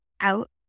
out